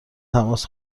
تماس